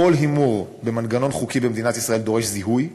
בכל הימור במנגנון חוקי במדינת ישראל יידרש זיהוי.